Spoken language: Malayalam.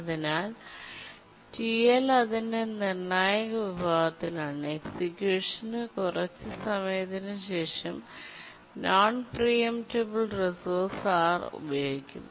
അതിനാൽ ടിഎൽ അതിന്റെ നിർണായക വിഭാഗത്തിലാണ് എക്സിക്യൂഷന് കുറച്ച് സമയത്തിന് ശേഷം നോൺ പ്രിംപ്റ്റബിൾ റിസോഴ്സ് ആർ ഉപയോഗിക്കും